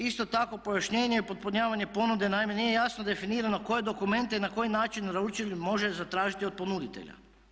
Isto tako pojašnjenje potpunjavanje ponude, naime nije jasno definirano koje dokumente i na koji način naručitelj može zatražiti od ponuditelja.